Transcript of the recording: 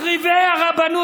מחריבי הרבנות.